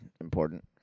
important